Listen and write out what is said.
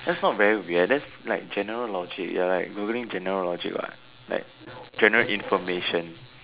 that's not very weird that's like general logic ya like Googling general logic what general information